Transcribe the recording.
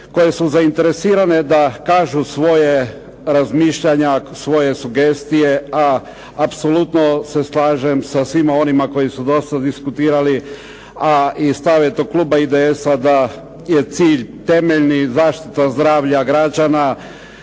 koje su zainteresirane da kažu svoja razmišljanja, svoje sugestije, a apsolutno se slažem sa svim onima koji su do sada diskutirali, a stav je to kluba IDS-a da je cilj temeljni zaštita zdravlja građana,